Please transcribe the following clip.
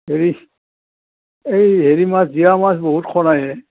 হেৰি এই হেৰি মাছ জীয়া মাছ বহুতখন আহে